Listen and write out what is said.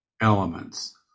elements